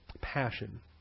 passion